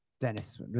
Dennis